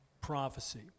prophecy